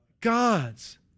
God's